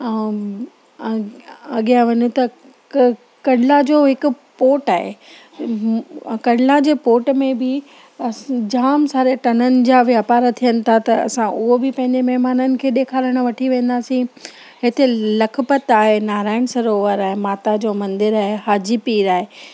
ऐं अॻियां वञूं त क कंडला जो हिकु पोर्ट आहे कंडला जे पोर्ट में बि अस जामु सारे टननि जा वापार थियनि था त असां उहो बि पंहिंजे महिमाननि खे ॾेखारणु वठी वेंदासीं हिते लखपत आहे नारायण सरोवर आहे माता जो मंदरु आहे हाजी पीर आहे